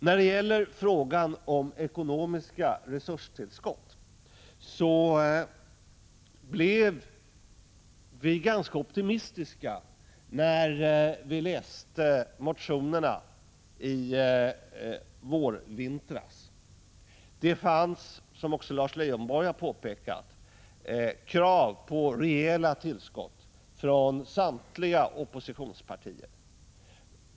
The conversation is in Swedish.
När det gäller frågan om ekonomiska resurstillskott blev vi ganska optimistiska när vi under vårvintern läste motionerna. Det fanns, som också Lars Leijonborg påpekat, krav på rejäla tillskott från samtliga oppositionspartier.